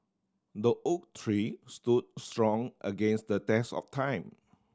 the oak tree stood strong against the test of time